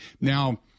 now